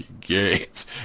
games